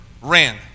ran